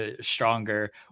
stronger